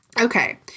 okay